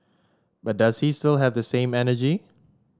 but does he sill have the same energy